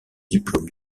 diplômes